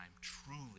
truly